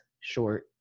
short